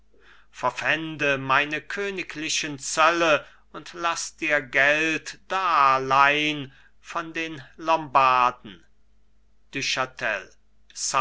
verpfände meine königlichen zölle und laß dir geld darleihn von den lombarden du chatel